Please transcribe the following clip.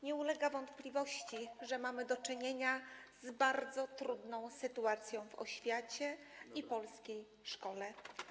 Nie ulega wątpliwości, że mamy do czynienia z bardzo trudną sytuacją w oświacie i polskiej szkole.